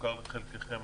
מוכר לחלקיכם.